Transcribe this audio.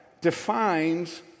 defines